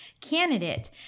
candidate